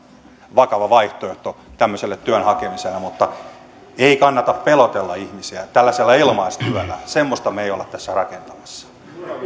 vakava vaihtoehto työn hakemisena mutta ei kannata pelotella ihmisiä ilmaistyöllä semmoista me emme ole tässä rakentamassa